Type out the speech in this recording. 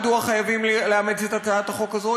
מדוע חייבים לאמץ את הצעת החוק הזו,